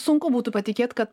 sunku būtų patikėt kad